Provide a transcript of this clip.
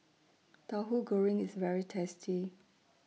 Tauhu Goreng IS very tasty